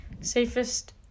safest